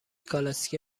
کالسکه